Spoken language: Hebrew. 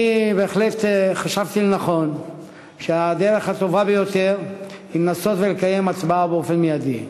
אני בהחלט חשבתי שהדרך הטובה ביותר היא לנסות ולקיים הצבעה באופן מיידי.